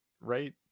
right